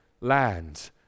land